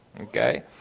okay